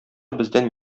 бездән